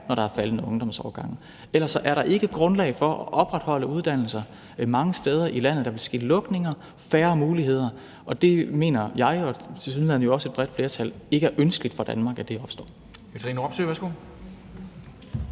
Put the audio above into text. når der er faldende ungdomsårgange. Ellers er der ikke et grundlag for at opretholde uddannelser mange steder i landet, og der vil ske lukninger, blive færre muligheder, og det mener jeg – og jo tilsyneladende også et bredt flertal – ikke er ønskeligt for Danmark. Kl.